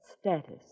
status